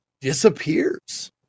disappears